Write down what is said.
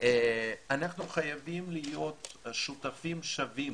אנחנו חייבים להיות שותפים שווים,